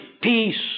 peace